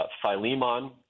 Philemon